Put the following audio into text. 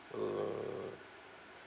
uh